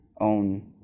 own